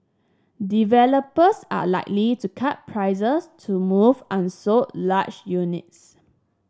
developers are likely to cut prices to move unsold large units